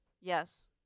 Yes